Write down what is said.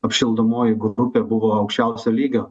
apšildomoji grupė buvo aukščiausio lygio